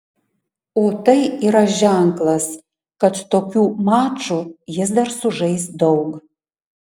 o tai yra ženklas kad tokių mačų jis dar sužais daug